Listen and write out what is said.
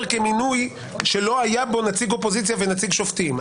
כמינוי שלא היה בו נציג אופוזיציה ונציג שופטים.